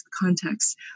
context